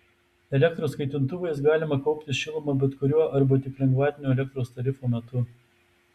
elektros kaitintuvais galima kaupti šilumą bet kuriuo arba tik lengvatinio elektros tarifo metu